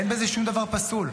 אין בזה שום דבר פסול.